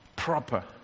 proper